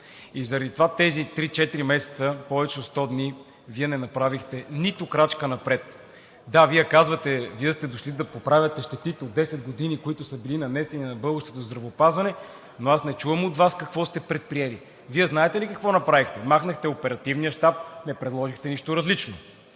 И заради това тези три-четири месеца, повече от 100 дни, Вие не направихте нито крачка напред. Да, Вие казвате, че сте дошли да поправяте щетите от 10 години, които са били нанесени на българското здравеопазване, но аз не чувам от Вас какво сте предприели. Вие знаете ли какво направихте? Махнахте оперативния щаб, не предложихте нищо различно.